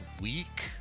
week